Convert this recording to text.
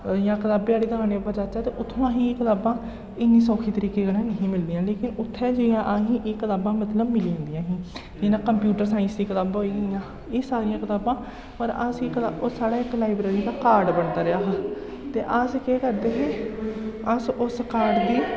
इ'यां कताबें आह्ली दकानां उप्पर जाचै उत्थै असें गी कताबां इन्नै सौखे तरीके कन्नै ने ही मिलदियां लेकन उत्थै जियां असें गी एह् कताबां मतलब मिली जंदियां ही जि'यां कम्पयुटर साइंस दी कताबां होई गेइयां एह् सारियां कताबां पर अस एह् कता होर साढ़े इक लाइब्रेरी दा कार्ड बनदा रेहा हा ते अस केह् करदे हे अस उस कार्ड गी